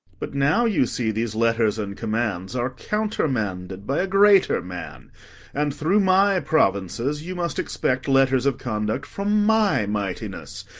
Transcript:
but now you see these letters and commands are countermanded by a greater man and through my provinces you must expect letters of conduct from my mightiness,